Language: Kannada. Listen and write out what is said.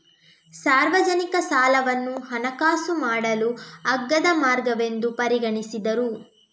ಸಾರ್ವಜನಿಕ ಸಾಲವನ್ನು ಹಣಕಾಸು ಮಾಡಲು ಅಗ್ಗದ ಮಾರ್ಗವೆಂದು ಪರಿಗಣಿಸಿದರು